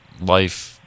life